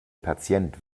patient